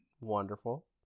Wonderful